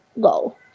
go